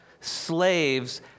Slaves